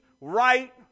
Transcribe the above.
right